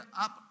up